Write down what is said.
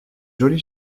jolie